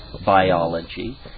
biology